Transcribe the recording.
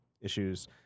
issues